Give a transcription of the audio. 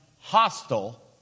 hostile